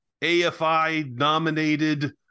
AFI-nominated